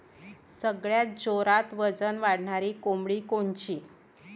सगळ्यात जोरात वजन वाढणारी कोंबडी कोनची?